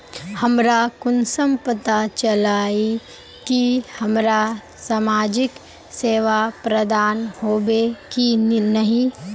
हमरा कुंसम पता चला इ की हमरा समाजिक सेवा प्रदान होबे की नहीं?